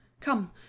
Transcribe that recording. Come